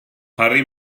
harri